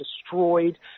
destroyed